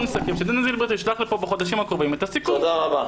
תודה רבה,